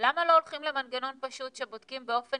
למה לא הולכים למנגנון פשוט שבודקים באופן